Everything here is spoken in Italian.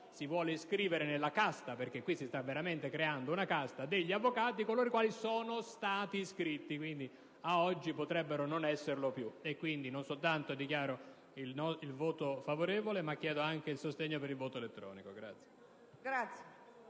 si vuole iscrivere nella casta - perché si sta veramente creando una casta - degli avvocati coloro i quali sono stati iscritti, ma oggi potrebbero non esserlo più. In conclusione, non soltanto dichiaro il voto favorevole, ma chiedo anche la votazione con il sistema elettronico.